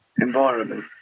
environment